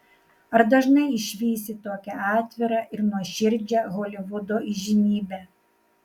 ar dažnai išvysi tokią atvirą ir nuoširdžią holivudo įžymybę